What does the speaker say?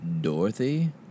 Dorothy